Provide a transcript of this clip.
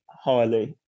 highly